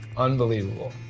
unbelievable,